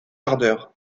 ardeur